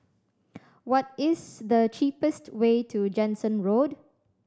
what is the cheapest way to Jansen Road